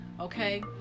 okay